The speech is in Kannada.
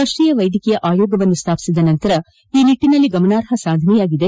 ರಾಷ್ಷೀಯ ವೈದ್ಯಕೀಯ ಆಯೋಗವನ್ನು ಸ್ಥಾಪಿಸಿದ ನಂತರ ಈ ನಿಟ್ಟನಲ್ಲಿ ಗಮನಾರ್ಹ ಸಾಧನೆಯಾಗಿದೆ